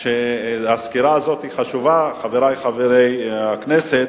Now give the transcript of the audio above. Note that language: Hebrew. שהסקירה הזאת חשובה, חברי חברי הכנסת,